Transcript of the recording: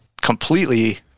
completely